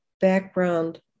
background